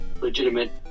legitimate